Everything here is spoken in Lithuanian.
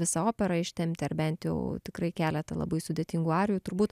visą operą ištempti ar bent jau tikrai keletą labai sudėtingų arijų turbūt